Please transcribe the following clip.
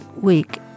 week